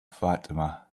fatima